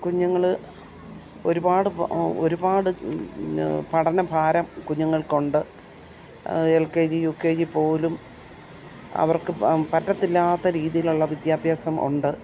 കുഞ്ഞുങ്ങൾ ഒരുപാട് ഒരുപാട് പഠനഭാരം കുഞ്ഞുങ്ങൾക്കുണ്ട് L K G U K G പോലും അവർക്ക് പറ്റത്തില്ലാത്ത രീതിയിലുള്ള വിദ്യാഭ്യാസം ഉണ്ട്